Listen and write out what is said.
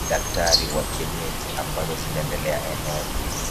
daktari wa kienyeji ambazo zinaendelea eneo hili.